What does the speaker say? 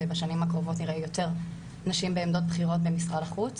ובשנים הקרובות אולי יותר נשים בעמדות בכירות במשרד החוץ.